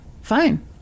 fine